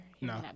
No